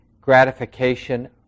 gratification